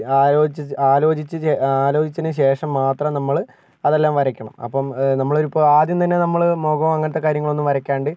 ആലോചിച്ച് ആലോചിച്ച് ആലോചിച്ചതിന് ശേഷം മാത്രം നമ്മൾ അതെല്ലാം വരക്കണം അപ്പം നമ്മളിപ്പോൾ ആദ്യംതന്നെ നമ്മൾ മുഖം അങ്ങനത്തെ കാര്യങ്ങളൊന്നും വരക്കാണ്ട്